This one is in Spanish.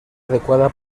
adecuada